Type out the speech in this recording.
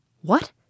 What